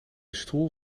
stoel